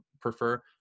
prefer